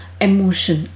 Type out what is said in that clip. emotion